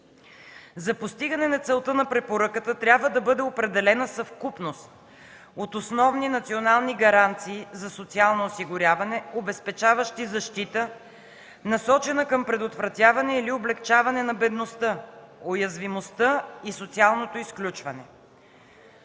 За постигане на целта на препоръката трябва да бъде определена съвкупност от основни национални гаранции за социално осигуряване, обезпечаващи защита, насочена към предотвратяване или облекчаване на бедността, уязвимостта и социалното изключване.